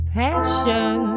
passion